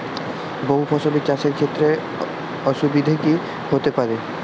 বহু ফসলী চাষ এর ক্ষেত্রে অসুবিধে কী কী হতে পারে?